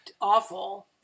awful